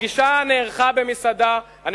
"הפגישה נערכה במסעדה, שפירו.